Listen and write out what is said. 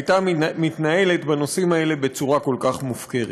הייתה מתנהלת בנושאים האלה בצורה כל כך מופקרת.